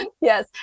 yes